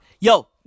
yo